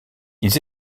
ils